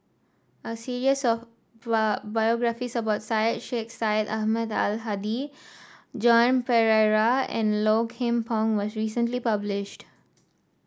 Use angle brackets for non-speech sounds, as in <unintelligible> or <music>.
a series of <unintelligible> biographies about Syed Sheikh Syed Ahmad Al Hadi Joan Pereira and Low Kim Pong was recently published